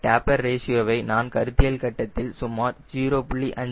இந்த டேப்பர் ரேஷியோவை நான் கருத்தியல் கட்டத்தில் சுமார் 0